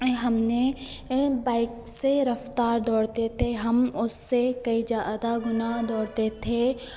यह हमने एलएन बाइक से रफ़्तार दौड़ते थे हम उससे कई ज़्यादा गुणा दौड़ते थे